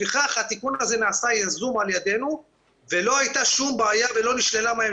לפיכך התיקון הזה נעשה יזום על ידנו ולא הייתה שום בעיה ולא נשללה להם